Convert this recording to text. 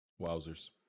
Wowzers